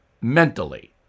mentally